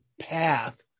path